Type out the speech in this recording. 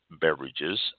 beverages